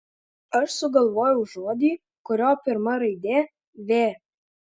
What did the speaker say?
aš sugalvojau žodį kurio pirma raidė v